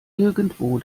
irgendwo